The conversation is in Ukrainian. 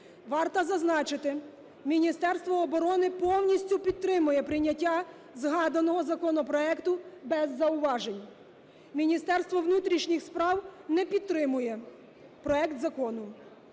Варто зазначити, Міністерство оборони повністю підтримує прийняття згаданого законопроекту без зауважень. Міністерство внутрішніх справ не підтримує проект закону.